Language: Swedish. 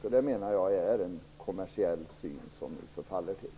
Jag menar att det är en kommersiell syn som ni förfaller till.